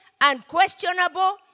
unquestionable